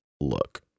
look